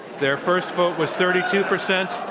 their first vote was thirty two percent